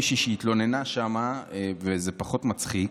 מישהי התלוננה שם, וזה פחות מצחיק.